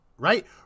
Right